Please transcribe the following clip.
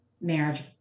marriage